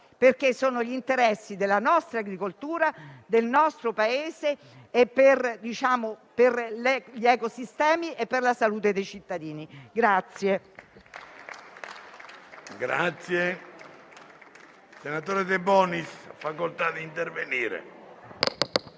perché sono gli interessi della nostra agricoltura, del nostro Paese, degli ecosistemi e della salute dei cittadini.